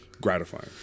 gratifying